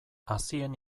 hazien